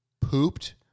pooped